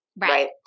right